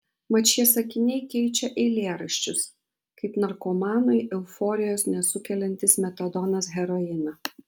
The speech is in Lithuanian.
mat šie sakiniai keičia eilėraščius kaip narkomanui euforijos nesukeliantis metadonas heroiną